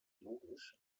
logisch